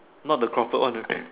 not the Crawford one right